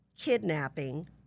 kidnapping